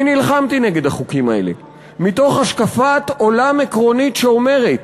אני נלחמתי נגד החוקים האלה מתוך השקפת עולם עקרונית שאומרת